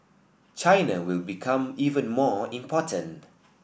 China will become even more important